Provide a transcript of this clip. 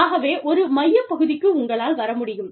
ஆகவே ஒரு மையப்பகுதிக்கு உங்களால் வர முடியும்